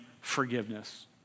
forgiveness